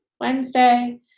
wednesday